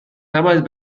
نباید